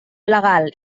legal